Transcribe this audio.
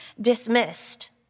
dismissed